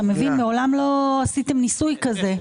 מעולם לא עשיתם ניסוי כזה.